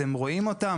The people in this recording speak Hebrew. אתם רואים אותם,